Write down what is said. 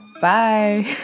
bye